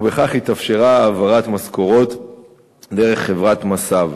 ובכך התאפשרה העברת משכורות דרך חברת מס"ב.